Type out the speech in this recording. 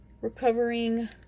recovering